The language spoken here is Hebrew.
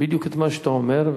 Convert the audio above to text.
בדיוק את מה שאתה אומר.